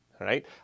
Right